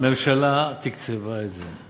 הממשלה תקצבה את זה.